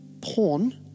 Porn